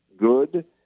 good